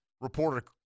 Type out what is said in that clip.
reporter